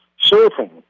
surfing